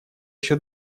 еще